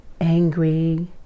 angry